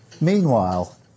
Meanwhile